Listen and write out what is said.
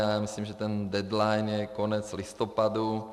Já myslím, že ten deadline je konec listopadu.